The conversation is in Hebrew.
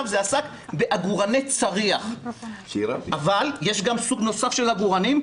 זה עסק בעגורני צריח אבל יש גם סוג נוסף של עגורנים,